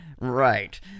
Right